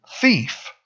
Thief